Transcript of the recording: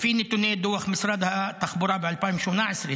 לפי נתוני דוח משרד התחבורה ב-2018,